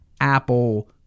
Apple